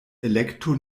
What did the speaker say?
elekto